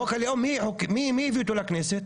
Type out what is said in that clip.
חוק הלאום, מי הביא אותו לכנסת?